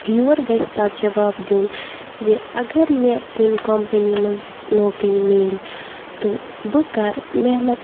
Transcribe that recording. یورٕ گژھِ تَتھ جواب دیُن زِ اگر مےٚ کُنہِ کَمپٔنی منٛز نوکری ملہِ تہٕ بہٕ کَرٕ محنت